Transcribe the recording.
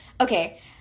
okay